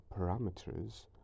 parameters